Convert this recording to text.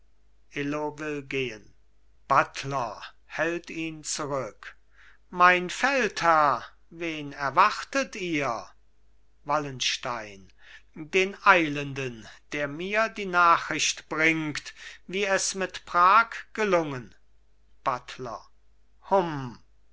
gehen buttler hält ihn zurück mein feldherr wen erwartet ihr wallenstein den eilenden der mir die nachricht bringt wie es mit prag gelungen buttler hum